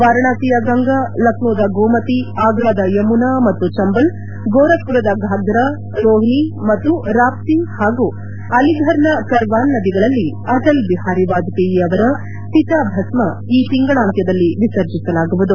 ವಾರಾಣಸಿಯ ಗಂಗಾ ಲಕ್ನೋದ ಗೋಮತಿ ಆಗ್ರಾದ ಯಮುನಾ ಮತ್ತು ಚಂಬಲ್ ಗೋರಬ್ಪುರದ ಫಾಫ್ರಾ ರೋಟ್ನಿ ಮತ್ತು ರಾಷ್ತಿ ಹಾಗೂ ಅಲಿಫರ್ನ ಕರ್ವಾನ್ ನದಿಗಳಲ್ಲಿ ಅಟಲ್ ಬಿಹಾರಿ ವಾಜಹೇಯಿ ಅವರ ಚಿತಾಭಸ್ನ ಈ ತಿಂಗಳಾಂತ್ಯದಲ್ಲಿ ವಿಸರ್ಜಿಲಾಗುವುದು